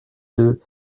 deux